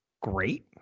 great